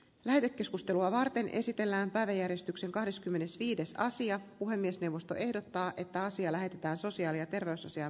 lähetekeskustelua varten esitellään päiväjärjestyksen kahdeskymmenesviides sija puhemiesneuvosto ehdottaa että asia lähetetään sosiaali ja terveysasiat